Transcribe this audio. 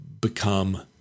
become